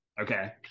Okay